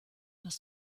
was